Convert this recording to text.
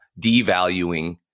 devaluing